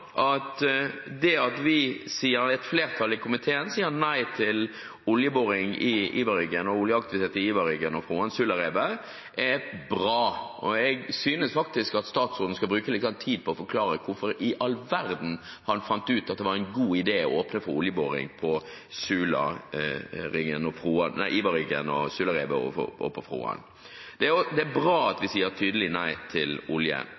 Det at flertallet i komiteen sier nei til oljeboring og oljeaktivitet på Iverryggen, Froan og Sularevet, er bra. Jeg synes faktisk at statsråden skal bruke litt tid på å forklare hvorfor i all verden han fant ut at det var en god idé å åpne for oljeboring på Iverryggen, Froan og Sularevet. Det er bra at vi sier tydelig nei til olje der. Vi får nå et klart vedtak om at vi